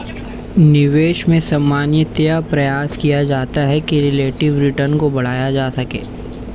निवेश में सामान्यतया प्रयास किया जाता है कि रिलेटिव रिटर्न को बढ़ाया जा सके